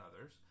others